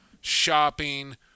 shopping